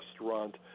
restaurant